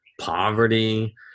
poverty